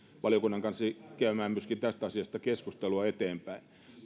valiokunnan kanssa käymään myöskin tästä asiasta keskustelua eteenpäin